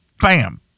bam